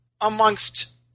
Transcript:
amongst